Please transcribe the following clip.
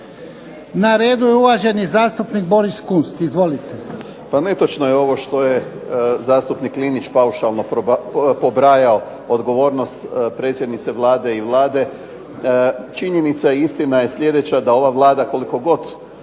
Na redu je uvaženi zastupnik Boris Kunst. Izvolite. **Kunst, Boris (HDZ)** Pa netočno je ovo što je zastupnik Linić paušalno pobrajao, odgovornost predsjednice Vlade i Vlade. Činjenica i istina je sljedeća da ova Vlada, koliko god